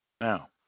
Now